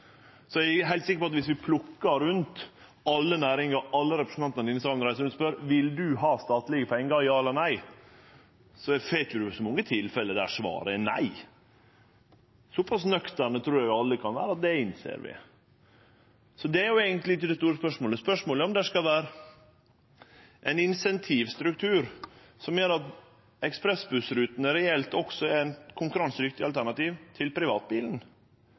Så eg er heilt sikker på at dersom vi plukka alle næringar, og alle representantane i denne salen reiser rundt og spør om dei vil ha statlege pengar, ja eller nei, får ein ikkje så mange tilfelle der svaret er nei. Såpass nøkterne trur eg vi alle kan vere, at det innser vi. Så det er eigentleg ikkje det store spørsmålet. Spørsmålet er om det skal vere ein incentivstruktur som gjer at ekspressbussrutene reelt også er eit konkurransedyktig alternativ til privatbilen.